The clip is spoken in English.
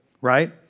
right